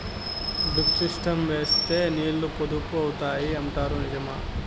Drip system వేస్తే నీళ్లు పొదుపు అవుతాయి అంటారు నిజమా?